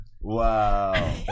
Wow